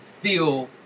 feel –